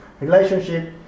relationship